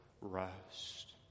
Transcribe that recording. rest